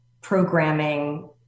programming